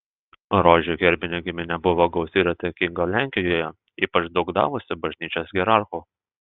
rožių herbinė giminė buvo gausi ir įtakinga lenkijoje ypač daug davusi bažnyčios hierarchų